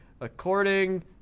According